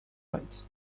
right